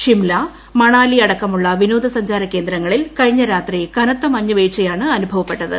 ഷിംല മണാലി അട്ടക്ക്മുള്ള വിനോദ സഞ്ചാര കേന്ദ്രങ്ങളിൽ കഴിഞ്ഞരാത്രി കനത്ത മഞ്ഞൂർപ്പൂർച്ചയാണ് അനുഭവപ്പെട്ടത്